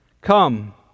Come